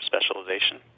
specialization